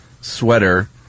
sweater